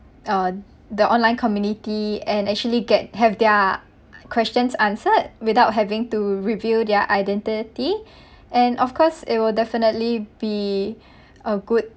uh the online community and actually get have their questions answered without having to reveal their identity and of course it will definitely be a good